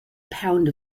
pound